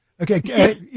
Okay